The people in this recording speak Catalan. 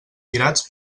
tirats